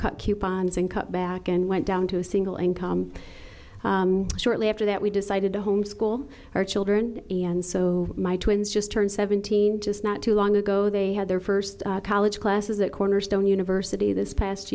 cut coupons and cut back and went down to a single income shortly after that we decided to homeschool our children and so my twins just turned seventeen just not too long ago they had their first college classes at cornerstone university this past